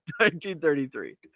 1933